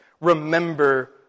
Remember